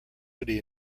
city